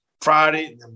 Friday